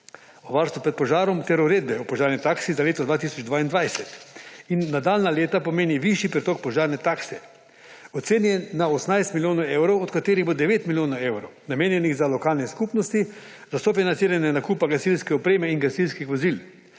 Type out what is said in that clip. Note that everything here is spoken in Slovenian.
o varstvu pred požarom ter Uredbe o požarni taksi za leto 2022 in nadaljnja leta pomeni višji pritok požarne takse, ocenjen na 18 milijonov evrov, od katerih bo 9 milijonov evrov namenjenih za lokalne skupnosti za sofinanciranje nakupa gasilske opreme in gasilskih vozil,